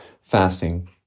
fasting